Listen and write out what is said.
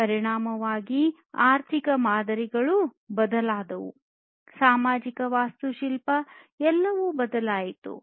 ಪರಿಣಾಮವಾಗಿ ಆರ್ಥಿಕ ಮಾದರಿಗಳು ಬದಲಾದವು ಸಾಮಾಜಿಕ ವಾಸ್ತುಶಿಲ್ಪ ಎಲ್ಲವೂ ಬದಲಾಯಿತು